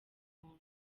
muntu